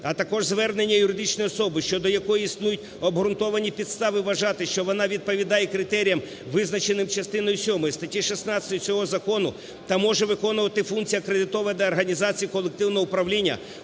а також звернення юридичної особи, щодо якої існують обґрунтовані підстави вважати, що вона відповідає критеріям, визначеним частиною сьомою статті 16 цього закону, та може виконувати функції акредитованої організації колективного управління